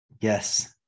Yes